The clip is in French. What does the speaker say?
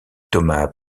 thomas